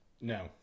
No